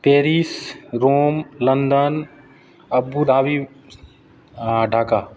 Paris Rome London Abu Dhabi आओर ढाका